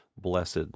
blessed